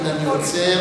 הנה אני עוצר,